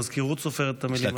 המזכירות סופרת את המילים.